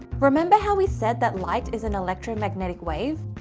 remember how we said that light is an electromagnetic wave?